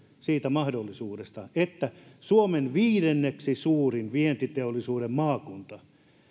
siitä mahdollisuudesta että suomen viidenneksi suurin vientiteollisuuden maakunta